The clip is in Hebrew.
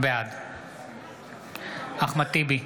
בעד אחמד טיבי,